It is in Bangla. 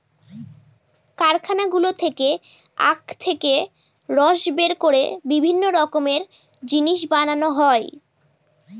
কারখানাগুলো থেকে আখ থেকে রস বের করে বিভিন্ন রকমের জিনিস বানানো হয়